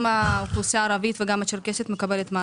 האוכלוסייה הערבית וגם הצ'רקסית מקבלת מענה.